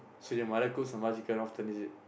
so your mother cooks sambal chicken often is it